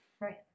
right